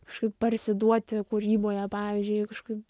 kažkaip parsiduoti kūryboje pavyzdžiui kažkaip